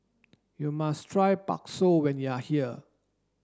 you must try Bakso when you are here